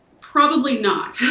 probably not.